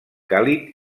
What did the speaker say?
càlid